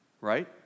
right